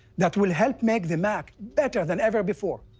that will help make the mac better than ever before.